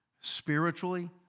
spiritually